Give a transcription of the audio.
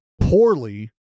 poorly